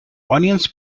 onions